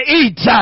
eat